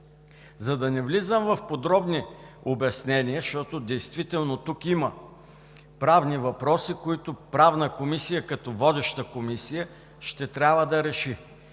За да не влизам в подробни обяснения, защото действително тук има правни въпроси, които Правната комисия като водеща ще трябва да реши